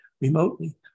remotely